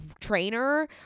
trainer